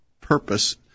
purpose